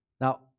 Now